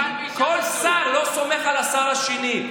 כי כל שר לא סומך על השר השני.